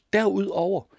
Derudover